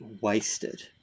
wasted